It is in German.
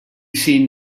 sehen